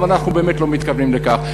אבל אנחנו באמת לא מתכוונים לכך.